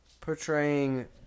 Portraying